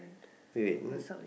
wait wait wait